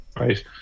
right